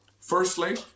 Firstly